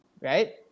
right